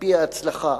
על-פי ההצלחה,